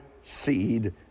seed